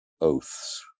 oaths